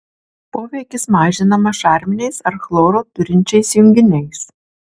poveikis mažinamas šarminiais ar chloro turinčiais junginiais